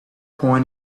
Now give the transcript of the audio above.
point